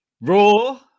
Raw